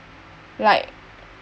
like